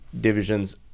division's